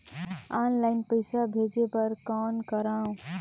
Online पईसा भेजे बर कौन करव?